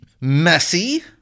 messy